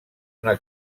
una